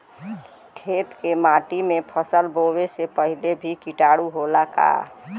खेत के माटी मे फसल बोवे से पहिले भी किटाणु होला का?